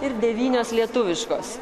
ir devynios lietuviškos